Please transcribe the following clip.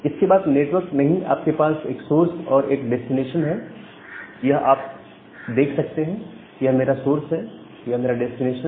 इसके बाद नेटवर्क नहीं आपके पास एक सोर्स है और एक डेस्टिनेशन है यहां आप देख सकते हैं यह मेरा सोर्स है और यह मेरा डेस्टिनेशन